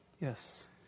Yes